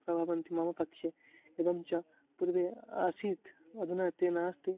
प्रवहति मम पक्षे एवं च पूर्वे आसीत् अधुना ते नास्ति